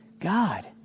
God